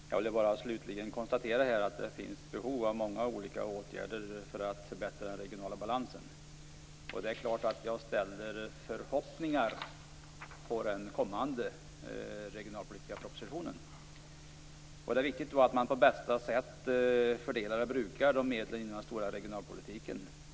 Herr talman! Jag vill slutligen bara konstatera att det finns behov av många olika åtgärder för att förbättra den regionala balansen. Det är klart att jag ställer förhoppningar på den kommande regionalpolitiska propositionen. Det är viktigt att man på bästa sätt fördelar och brukar de regionalpolitiska medlen.